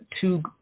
Two